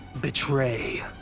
Betray